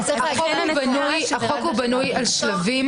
החוק בנוי על שלבים,